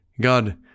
God